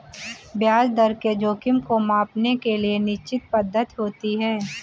ब्याज दर के जोखिम को मांपने के लिए निश्चित पद्धति होती है